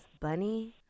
Bunny